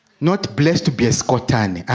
not blessed to be scored any